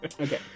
Okay